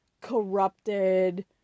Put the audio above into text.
corrupted